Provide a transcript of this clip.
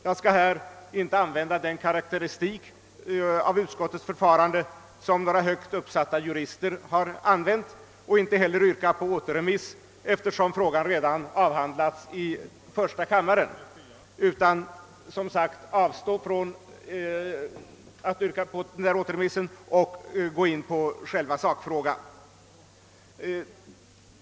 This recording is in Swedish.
Jag skall i detta sammanhang inte använda den karakteristik av utskottets förfarande, som några högt uppsatta jurister gjort, och inte heller yrka på återremiss, eftersom frågan redan avhandlats i första kammaren. Jag skall i stället gå in på själva sakfrågan.